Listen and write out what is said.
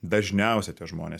dažniausiai tie žmonės